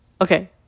Okay